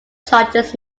charges